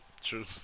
True